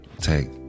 Take